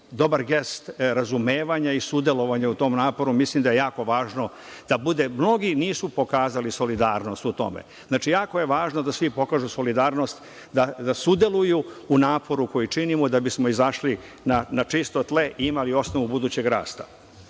dobar gest razumevanja i sudelovanja u tom naporu. Mislim da je jako važno da bude. Mnogi nisu pokazali solidarnost u tome. Znači, jako je važno da svi pokažu solidarnost, da sudeluju u naporu koji činimo da bismo izašli na čisto tle i imali osnovu budućeg rasta. Drugo,